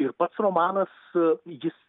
ir pats romanas e jis